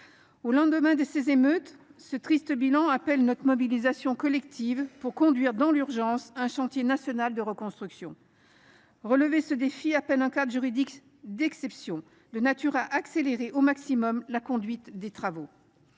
Au lendemain de ces émeutes, ce triste bilan appelle notre mobilisation collective pour conduire dans l’urgence un chantier national de reconstruction. Relever ce défi appelle un cadre juridique d’exception, de nature à accélérer au maximum la conduite des travaux.